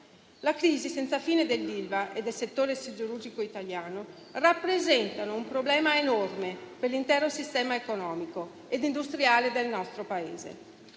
La crisi senza fine dell'Ilva e del settore siderurgico italiano rappresentano un problema enorme per l'intero sistema economico ed industriale del nostro Paese.